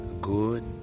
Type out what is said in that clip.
good